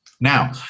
Now